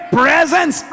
presence